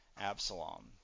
Absalom